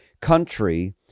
country